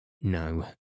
No